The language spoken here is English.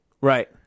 Right